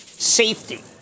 Safety